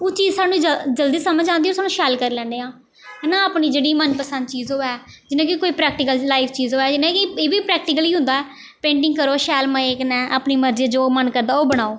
ओह् चीज़ सानूं जल्दी ज समझ आंदी ओह् चीज़ सानूं जल्दी करी लैन्ने आं है ना अपनी जेह्ड़ी मनपसंद चीज़ होऐ जियां कि कोई प्रैक्टिकल लाइक चीज़ होऐ एह् बी प्रैक्टिकल ही होंदा ऐ पेंटिंग करो शैल मज़े कन्नै अपने मर्जी दी जो मन करदा ओह् बनाओ